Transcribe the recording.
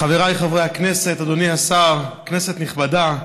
חבריי חברי הכנסת, אדוני השר, כנסת נכבדה,